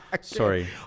Sorry